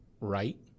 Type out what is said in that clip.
right